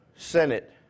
Senate